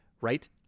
Right